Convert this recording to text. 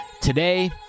Today